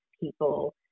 people